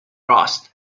rust